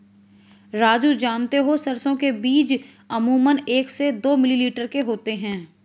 राजू जानते हो सरसों के बीज अमूमन एक से दो मिलीमीटर के होते हैं